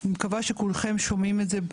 אני מקווה שכולכם שומעים את זה,